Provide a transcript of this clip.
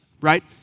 right